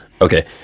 Okay